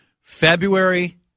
February